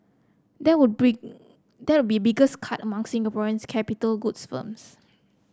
that would be that would be biggest cut among Singaporean capital goods firms